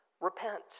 repent